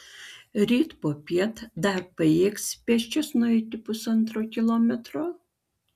ryt popiet dar pajėgsi pėsčias nueiti pusantro kilometro